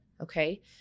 Okay